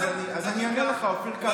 אז אני אענה לך, אופיר כץ.